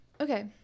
Okay